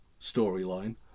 storyline